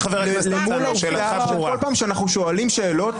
למול העובדה שבכל פעם כשאני שואל שאלות